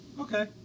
Okay